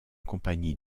compagnie